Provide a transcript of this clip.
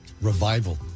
Revival